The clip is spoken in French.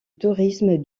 tourisme